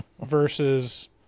versus